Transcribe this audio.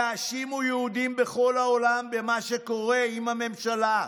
יאשימו יהודים בכל העולם במה שקורה עם הממשלה.